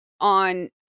on